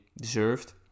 deserved